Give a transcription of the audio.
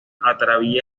atraviesa